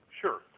Sure